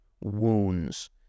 wounds